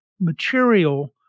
material